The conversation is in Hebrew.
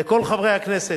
ולכל חברי הכנסת,